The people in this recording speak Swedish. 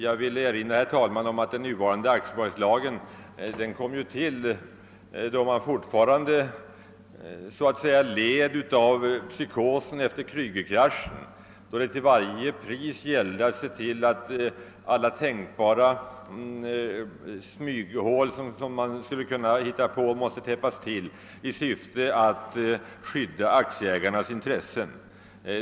Jag vill erinra om, herr talman, att den nuvarande aktiebolagslagen kom till då man fortfarande så att säga led av psykosen efter Kreugerkraschen och det gällde att i syfte att skydda aktieägarnas intressen till varje pris täppa till alla tänkbara smyghål.